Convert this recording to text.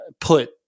put